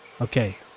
Okay